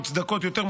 מוצדקות יותר,